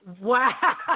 Wow